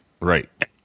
Right